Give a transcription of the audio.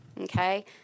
okay